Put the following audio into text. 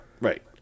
Right